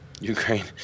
Ukraine